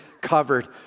covered